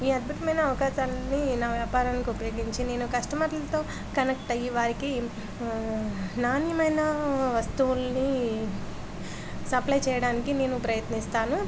ఈ అద్భుటుమైన అవకాశాలని నా వ్యాపారానికి ఉపయోగించి నేను కస్టమర్లతో కనెక్ట్ అయ్యి వారికి నాణ్యమైన వస్తువుల్ని సప్లై చెయ్యడానికి నేను ప్రయత్నిస్తాను